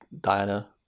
Diana